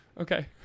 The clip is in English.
Okay